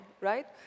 right